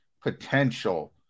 potential